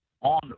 on